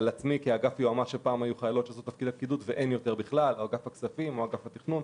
באגף שלי כבר אין חיילות בכלל וכן באגף הכספים ואגף התכנון.